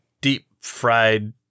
deep-fried